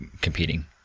competing